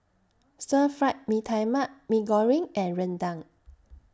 Stir Fry Mee Tai Mak Mee Goreng and Rendang